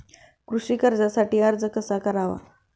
कृषी कर्जासाठी अर्ज कसा करावा?